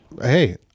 Hey